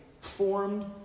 formed